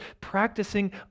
practicing